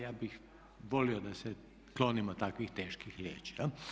Ja bih volio da se klonimo takvih teških riječi.